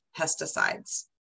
pesticides